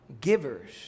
givers